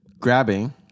Grabbing